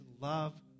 love